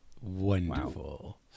Wonderful